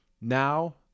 now